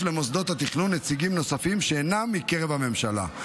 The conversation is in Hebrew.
למוסדות התכנון נציגים נוספים שאינם מקרב הממשלה.